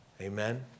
amen